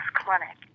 clinic